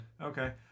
Okay